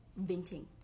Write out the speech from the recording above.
venting